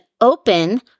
open